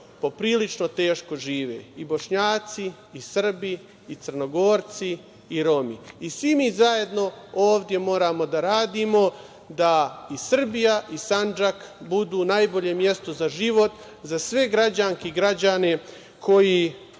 poprilično teško žive, i Bošnjaci i Srbi i Crnogorci i Romi. Svi mi zajedno moramo da radimo da i Srbija i Sandžak budu najbolje mesto za život, za sve građanke i građane koji